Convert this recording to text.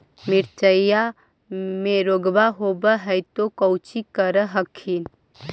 मिर्चया मे रोग्बा होब है तो कौची कर हखिन?